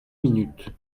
minutes